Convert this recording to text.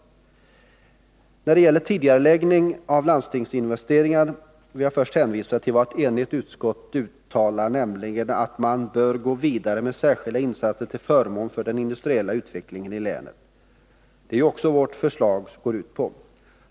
När det gäller tidigareläggning av landstingsinvesteringarna vill jag först hänvisa till vad ett enigt utskott uttalar, nämligen att man bör gå vidare med särskilda insatser till förmån för den industriella utvecklingen i länet. Det är också det vårt förslag går ut på.